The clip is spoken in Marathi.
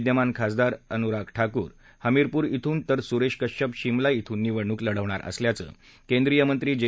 विद्यमान खासदार अनुराग ठाकूर हमीरपुर इथून तर सुरेश कश्यप शिमला इथून निवडणूक लढवणार असल्याचं केंद्रीय मंत्री जे